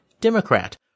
Democrat